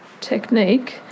technique